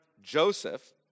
Joseph